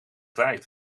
tijd